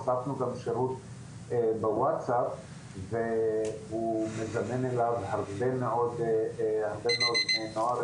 הוספנו גם שירות בווטסאפ והוא מזמן אליו הרבה מאוד בני נוער,